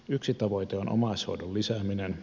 yksi tavoite on omaishoidon lisääminen